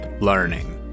learning